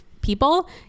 people